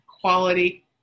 quality